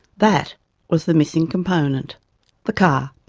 that was the missing component the car.